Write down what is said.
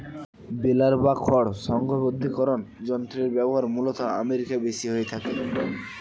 বেলার বা খড় সংঘবদ্ধীকরন যন্ত্রের ব্যবহার মূলতঃ আমেরিকায় বেশি হয়ে থাকে